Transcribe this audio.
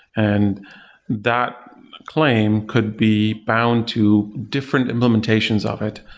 and that claim could be bound to different implementations of it,